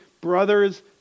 brothers